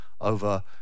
over